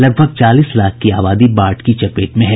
लगभग चालीस लाख की आबादी बाढ़ की चपेट में है